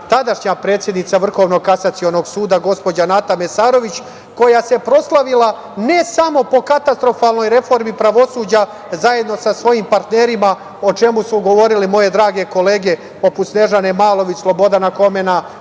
tadašnja predsednica Vrhovnog kasacionog suda gospođa Nata Mesarović, koja se proslavila ne samo po katastrofalnoj reformi pravosuđa, zajedno sa svojim partnerima, o čemu su govorile moje drage kolege, poput Snežane Malović, Slobana Homena,